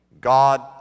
God